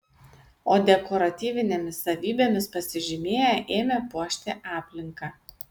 o dekoratyvinėmis savybėmis pasižymėję ėmė puošti aplinką